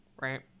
right